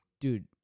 Dude